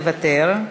מוותר,